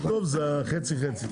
זה חצי חצי.